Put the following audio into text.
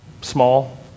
small